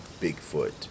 Bigfoot